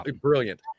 Brilliant